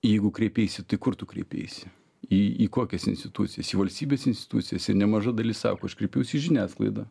jeigu kreipeisi tai kur tu kreipeisi į į kokias institucijas į valstybės institucijas ir nemaža dalis sako aš kreipiausi į žiniasklaidą